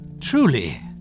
Truly